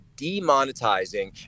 demonetizing